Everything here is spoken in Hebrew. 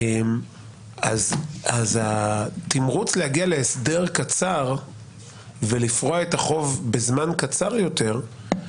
אז התמרוץ להגיע להסדר קצר ולפרוע את החוב בזמן קצר יותר,